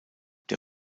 der